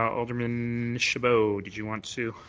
alderman chabot, did you want to?